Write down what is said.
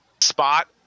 spot